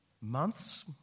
months